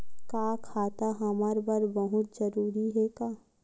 का खाता हमर बर बहुत जरूरी हे का?